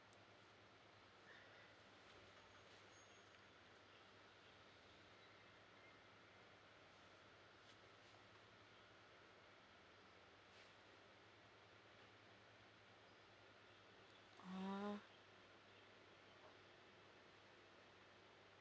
oh